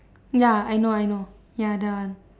ya I know I know ya that one